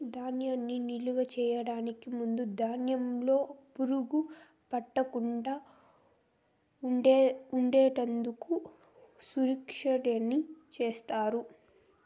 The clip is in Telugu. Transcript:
ధాన్యాన్ని నిలువ చేయటానికి ముందు ధాన్యంలో పురుగు పట్టకుండా ఉండేందుకు నూర్పిడిని చేస్తారు